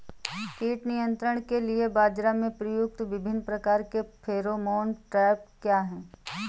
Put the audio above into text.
कीट नियंत्रण के लिए बाजरा में प्रयुक्त विभिन्न प्रकार के फेरोमोन ट्रैप क्या है?